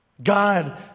God